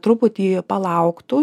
truputį palauktų